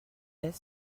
est